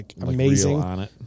amazing